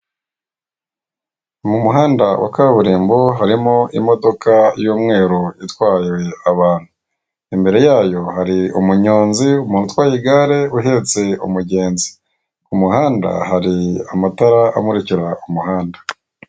Mu muhanda wa kaburimbo harimo imodoka y'umweru itwaye abantu imbere yayo hari umunyonzi umuntu utwaye igare uhetse umugenzi, ku muhanda hari amatara amurikira ku muhanda.